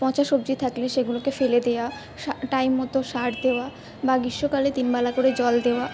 পচা সবজি থাকলে সেগুলোকে ফেলে দেওয়া সা টাইম মতো সার দেওয়া বা গ্রীষ্মকালে তিনবেলা করে জল দেওয়া